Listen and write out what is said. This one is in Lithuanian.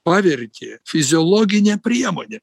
pavertė fiziologine priemone